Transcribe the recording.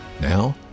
Now